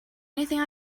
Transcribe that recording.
anything